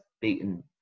beaten